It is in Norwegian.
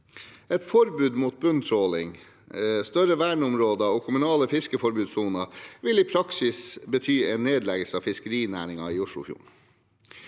Et forbud mot bunntråling, større verneområder og kommunale fiskeforbudssoner vil i praksis bety en nedleggelse av fiskerinæringen i Oslofjorden.